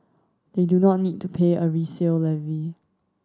they do not need to pay a resale levy